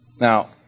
Now